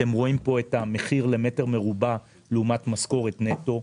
ואתם רואים פה את המחיר למ"ר לעומת משכורת נטו,